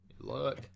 look